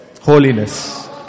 Holiness